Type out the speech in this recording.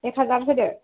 एक हाजार होदो